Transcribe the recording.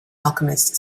alchemist